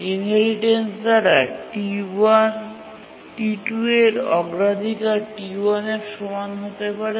inheritance দ্বারা T2 এর অগ্রাধিকার T1 এর সমান হতে পারে